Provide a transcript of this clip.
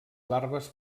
larves